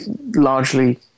largely